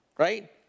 right